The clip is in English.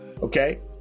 okay